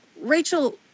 Rachel